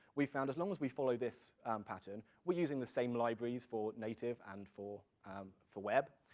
we found as long as we follow this pattern, we're using the same libraries for native and for for web,